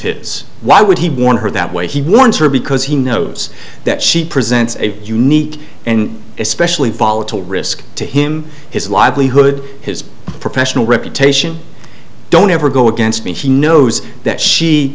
his why would he want her that way he wants her because he knows that she presents a unique and especially volatile risk to him his livelihood his professional reputation don't ever go against me she knows that she